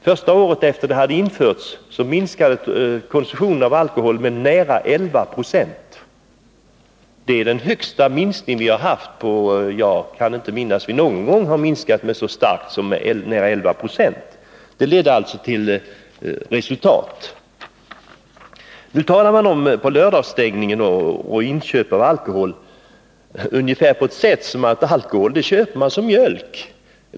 Första året efter det att det hade införts minskade konsumtionen av alkohol med nära 11 96. Jag kan inte minnas att den någon gång har minskat så starkt. Förbudet ledde alltså till resultat. Nu talar man om inköp av alkohol på lördagar ungefär som om det gällde mjölk.